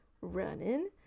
running